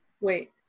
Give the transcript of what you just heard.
wait